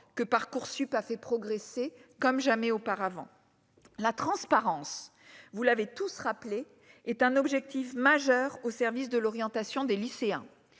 que Parcoursup a fait progresser comme jamais auparavant la transparence, vous l'avez tous se rappeler est un objectif majeur au service de l'orientation des lycéens,